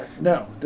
No